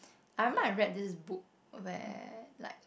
I might have read this book where like